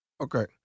Okay